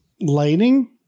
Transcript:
Lighting